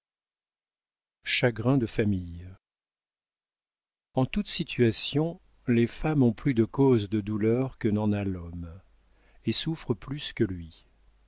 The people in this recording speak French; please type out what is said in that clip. à des grassins en toute situation les femmes ont plus de causes de douleur que n'en a l'homme et souffrent plus que lui